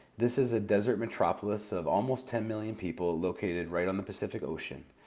this is a desert metropolis of almost ten million people located right on the pacific ocean.